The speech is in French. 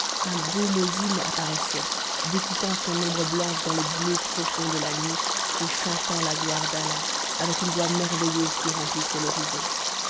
un beau muezzin apparaissait découpant son ombre blanche dans le bleu profond de la nuit et chantant la gloire d'allah avec une voix merveilleuse qui remplissait l'horizon